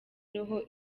roho